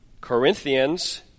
Corinthians